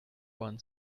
ohren